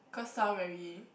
cause sound very